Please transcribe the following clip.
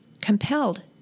compelled